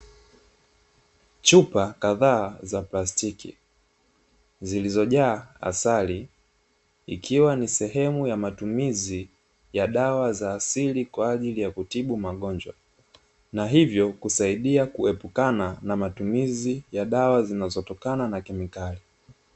Chupa kadhaa za plastiki, zilizojaa asali ikiwa ni sehemu ya matumizi ya dawa za asili kwa ajili ya kutibu magonjwa. Na hivyo kusaidia kuepukana na matumizi ya dawa zinazotokana na kemikali.